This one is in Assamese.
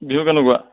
বিহু কেনেকুৱা